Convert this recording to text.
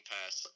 Pass